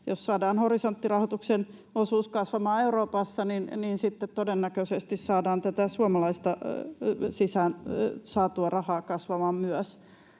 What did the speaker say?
jos saadaan Horisontti-rahoituksen osuus kasvamaan Euroopassa, niin sitten todennäköisesti saadaan myös tätä suomalaista sisään saatua rahaa kasvamaan.